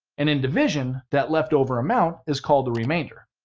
and in division, that left over amount is called a remainder.